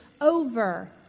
over